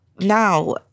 now